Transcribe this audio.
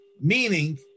Meaning